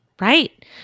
Right